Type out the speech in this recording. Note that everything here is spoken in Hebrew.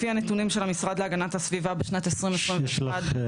לפי הנתונים של המשרד להגנת הסביבה בשנת 2021 --- רותם,